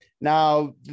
Now